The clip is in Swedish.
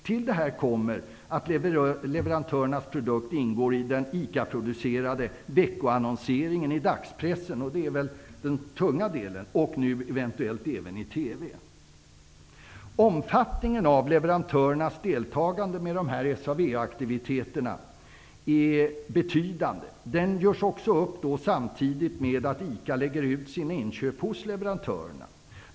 Till detta kommer att leverantörernas produkt ingår i den ICA producerade veckoannonseringen i dagspressen, vilket är den tunga delen, och nu eventuellt även i Omfattningen av leverantörernas deltagande med dessa SA-/VA-aktiviteter är betydande. Den görs upp samtidigt med att ICA lägger ut sina inköp hos leverantörerna.